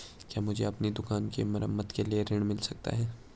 क्या मुझे अपनी दुकान की मरम्मत के लिए ऋण मिल सकता है?